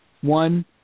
One